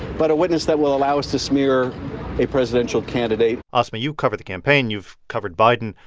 but a witness that will allow us to smear a presidential candidate asma, you cover the campaign. you've covered biden.